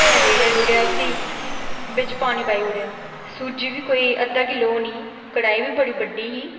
रेड़ेआ उसी ते बिच पानी पाई ओड़ेआ सूजी बी कोई अद्धा किलो होनी कढ़ाई बी बड़ी बड्डी ही